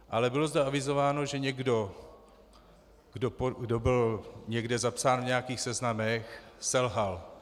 Ale bylo zde avizováno, že někdo, kdo byl někde zapsán v nějakých seznamech, selhal.